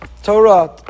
Torah